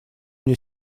мне